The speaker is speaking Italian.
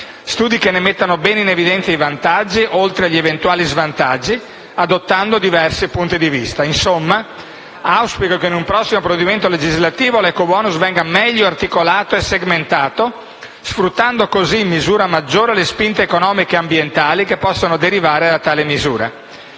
che ne mettano bene in evidenza i vantaggi, oltre gli eventuali svantaggi, adottando diversi punti di vista. Auspico, dunque, che in un prossimo provvedimento legislativo l'ecobonus venga meglio articolato e segmentato, sfruttando così in misura maggiore le spinte economiche e ambientali che possono derivare da tale misura.